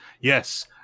Yes